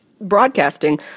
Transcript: broadcasting